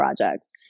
projects